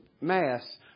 mass